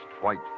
white